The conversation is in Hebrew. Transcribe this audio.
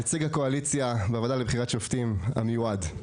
נציג הקואליציה בוועדה לבחירת שופטים המיועד,